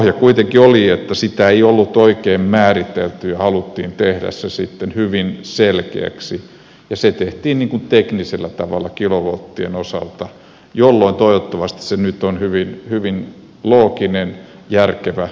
pohja kuitenkin oli että sitä ei ollut oikein määritelty ja haluttiin tehdä se sitten hyvin selkeäksi ja se tehtiin teknisellä tavalla kilovolttien osalta jolloin toivottavasti se nyt on hyvin looginen järkevä